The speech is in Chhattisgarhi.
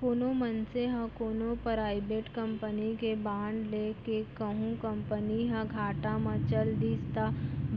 कोनो मनसे ह कोनो पराइबेट कंपनी के बांड ले हे कहूं कंपनी ह घाटा म चल दिस त